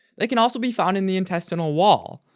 they can also be found in the intestinal wall,